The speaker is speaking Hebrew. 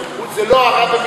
אני לא מסכים,